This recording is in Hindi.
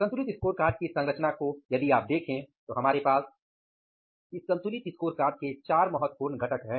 संतुलित स्कोरकार्ड की इस संरचना में यदि आप देखे तो हमारे पास इस संतुलित स्कोरकार्ड के चार महत्वपूर्ण घटक हैं